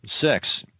six